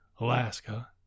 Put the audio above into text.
Alaska